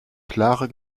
klare